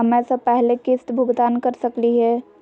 समय स पहले किस्त भुगतान कर सकली हे?